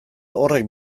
horrek